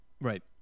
Right